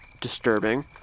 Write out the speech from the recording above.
disturbing